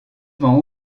vend